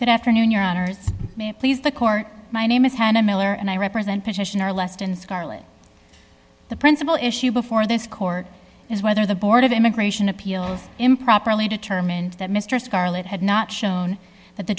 good afternoon your owners may please the court my name is hannah miller and i represent petitioner less than scarlett the principal issue before this court is whether the board of immigration appeals improperly determined that mr scarlet had not shown th